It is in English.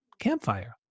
Campfire